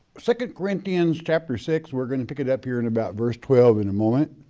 second corinthians chapter six, we're gonna pick it up here in about verse twelve in a moment.